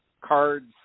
cards